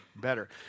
better